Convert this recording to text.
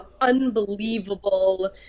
unbelievable